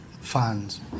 fans